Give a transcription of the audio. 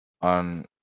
on